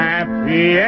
Happy